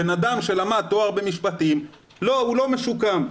בן אדם שלמד תואר במשפטים, לא, הוא לא משוקם.